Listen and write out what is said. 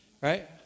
right